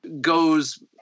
goes